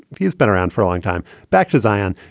he's been around for a long time. back to zion.